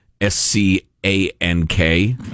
s-c-a-n-k